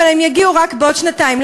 אבל הם יגיעו רק בעוד שנתיים.